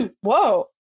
whoa